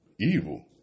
evil